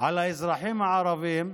על האזרחים הערבים,